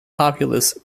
populous